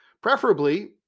Preferably